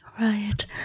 Right